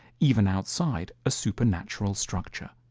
even outside a supernatural structure.